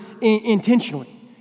intentionally